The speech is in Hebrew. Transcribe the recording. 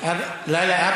בבקשה, אדוני, עשר דקות.